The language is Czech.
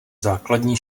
základní